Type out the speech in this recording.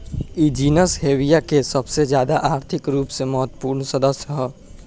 इ genus Hevea के सबसे ज्यादा आर्थिक रूप से महत्वपूर्ण सदस्य ह